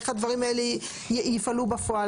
איך הדברים האלה יפעלו בפועל,